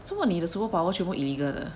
做么你的 superpower 全部 illegal 的